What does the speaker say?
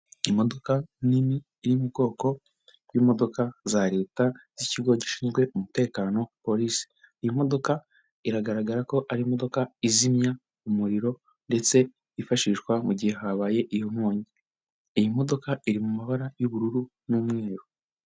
Imodoka nini iri mu bwoko bw'imodoka za leta z'ikigo gishinzwe umutekano polisi. Iyi modoka iragaragara ko ari imodoka izimya umuriro ndetse yifashishwa mu gihe habaye iyo nkongi. Iyi modoka iri mu mabara y'ubururu n'umweru.